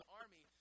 army